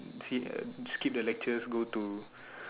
um sit uh skip the lectures go to